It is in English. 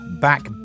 back